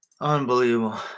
Unbelievable